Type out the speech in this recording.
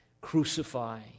Crucify